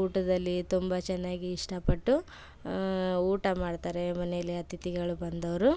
ಊಟದಲ್ಲಿ ತುಂಬ ಚೆನ್ನಾಗಿ ಇಷ್ಟಪಟ್ಟು ಊಟ ಮಾಡ್ತಾರೆ ಮನೆಯಲ್ಲಿ ಅತಿಥಿಗಳು ಬಂದವರು